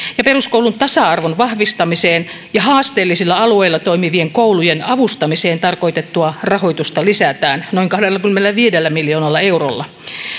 peruskoulun tasa arvon vahvistamiseen ja haasteellisilla alueilla toimivien koulujen avustamiseen tarkoitettua rahoitusta lisätään noin kahdellakymmenelläviidellä miljoonalla eurolla